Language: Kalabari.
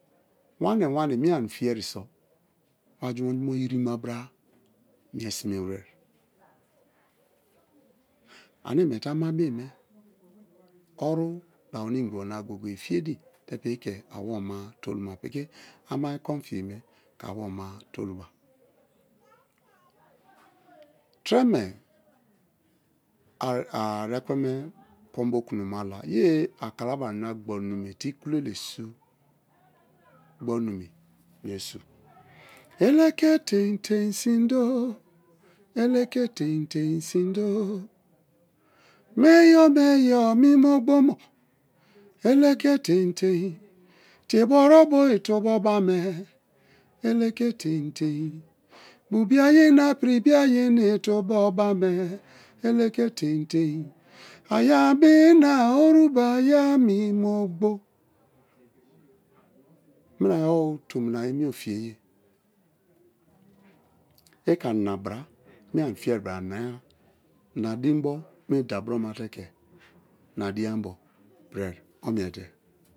Wani wani mi̠e ani̠ fieri̠ so̠ wa jumo jumo erima bra mi̠e simewere. Ane miete ama-a bii me oru̠ dabo na ingiba na goye-goye fiyedin te piki awomema toluma piki ama-a konfiye me ke̠ awomema toluma īreme are ekwen me kon bo kuloma la ye a kalabari na gbori nume te iku lele su̠ gbari nume mi̠e su̠ eleke tein tein sīndo eleke tei̠n tei̠n si̠ndo meyo meyo amino gboma eleke tein tein tie boro bo itu bo bame eleke tei̠n tei̠n bu bia ayi na pri bo ayi na tubo ba me eleke tei̠n tei̠n. Ayamina orubayami mo ogbo. Min̄aiyi owu tomina ayi ane ofiyeye i ke ani na bra me̠ ane ofeyeari bra ania nadinbo me da bromate ke na dīn ya bo pi̠ri̠e omi̠ete